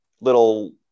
Little